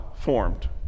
formed